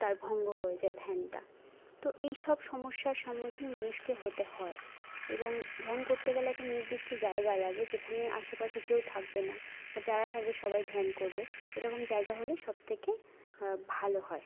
তার ভঙ্গ হয়ে যায় ধ্যানটা তো এইসব সমস্যার সম্মুখীন মানুষকে হতে হয় এবং ধ্যান করতে গেলে একটা নির্দিষ্ট জায়গা লাগে যেখানে আশেপাশে কেউ থাকবে না বা যারা থাকবে সবাই ধ্যান করবে এরকম জায়গা হলে সবথেকে ভালো হয়